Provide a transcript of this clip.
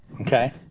okay